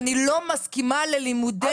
שאני לא מסכימה ללימודי תעודה.